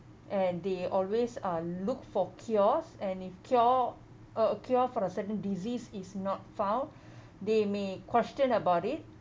and they always uh look for cures and if cure uh cure for a certain disease is not found they may question about it